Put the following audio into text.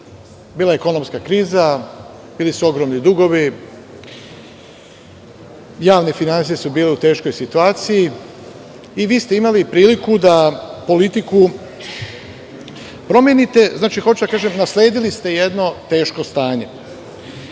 bila je ekonomska kriza, bili su ogromni dugovi, javne finansije su bile u teškoj situaciji i vi ste imali priliku da politiku promenite, znači, hoću da kažem nasledili ste jedno teško